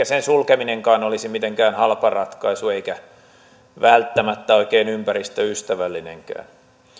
sen sulkeminenkaan olisi mitenkään halpa ratkaisu eikä välttämättä oikein ympäristöystävällinenkään